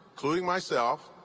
including myself,